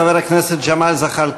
חבר הכנסת ג'מאל זחאלקה.